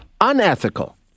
Unethical